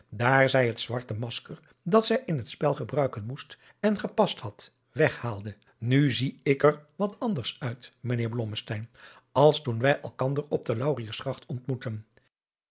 daar zij het zwarte masker dat zij in het spel gebruiken moest en gepast had weghaalde nu zie ik er wat anders uit mijnheer blommesteyn als toen wij elkander op de lauriergracht ontmoetten